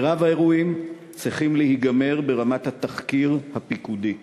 מרב האירועים צריכים להיגמר ברמת התחקיר הפיקודי,